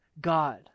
God